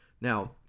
Now